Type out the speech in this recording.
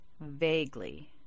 Vaguely